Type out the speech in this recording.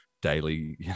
daily